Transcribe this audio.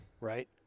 Right